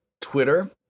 Twitter